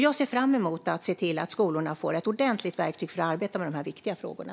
Jag ser fram emot att se till att skolorna får ett ordentligt verktyg för att arbeta med de här viktiga frågorna.